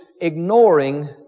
ignoring